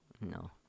no